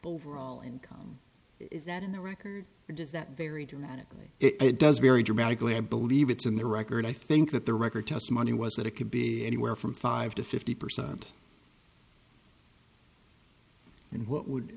overall income is that in the record or does that vary dramatically it does vary dramatically i believe it's in the record i think that the record testimony was that it could be anywhere from five to fifty percent and what would